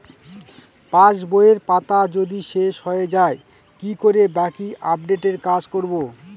পাসবইয়ের পাতা যদি শেষ হয়ে য়ায় কি করে বাকী আপডেটের কাজ করব?